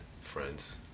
friends